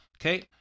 Okay